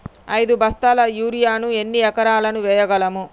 ఐదు బస్తాల యూరియా ను ఎన్ని ఎకరాలకు వేయగలము?